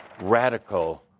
radical